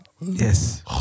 Yes